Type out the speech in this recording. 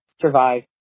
survive